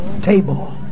table